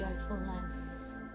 joyfulness